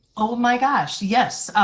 oh, my gosh, yes.